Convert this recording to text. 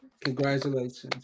congratulations